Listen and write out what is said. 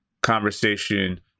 conversation